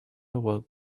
awoke